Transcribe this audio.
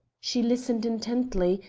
she listened intently,